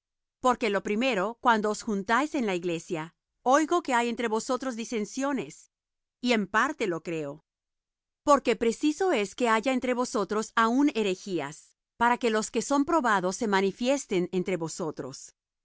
porque lo primero cuando os juntáis en la iglesia oigo que hay entre vosotros disensiones y en parte lo creo porque preciso es que haya entre vosotros aun herejías para que los que son probados se manifiesten entre vosotros